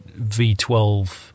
V12